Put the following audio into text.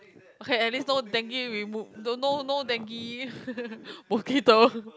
okay at least no dengue remove no no dengue mosquito